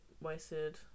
Wasted